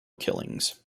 killings